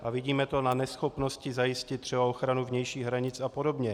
A vidíme to na neschopnosti zajistit třeba ochranu vnějších hranic apod.